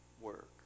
work